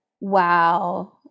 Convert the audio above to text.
Wow